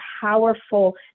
powerful